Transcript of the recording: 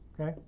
Okay